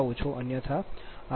45 p